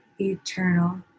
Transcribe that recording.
eternal